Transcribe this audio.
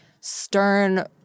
stern